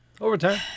Overtime